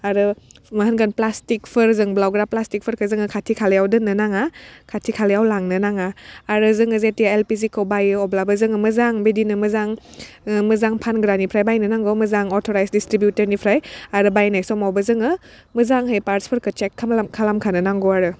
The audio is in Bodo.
आरो मा होनगोन प्लासटिक्सफोर जोंब्लावग्रा प्लासटिकफोरखौ जोङो खाथि खालायाव दोन्नो नाङा खाथि खालायाव लांनो नाङा आरो जोङो जेथिया एलपिजिखौ बायो अब्लाबो जोङो मोजां बिदिनो मोजां मोजां फानग्रानिफ्राय बायनो नांगौ मोजां अट'राइस डिसट्रिबुथरनिप्राय आरो बायनाय समावबो जोङो मोजांहै पार्टफोरखौ चेक खामलाम खालामखानो नांगौ आरो